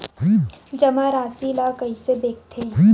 जमा राशि ला कइसे देखथे?